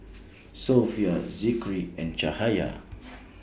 Sofea Zikri and